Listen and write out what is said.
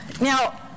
Now